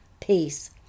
peace